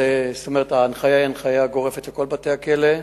ההנחיה היא הנחיה גורפת לכל בתי-הכלא.